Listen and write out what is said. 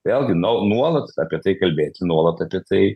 vėlgi nou nuolat apie tai kalbėti nuolat apie tai